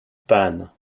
panne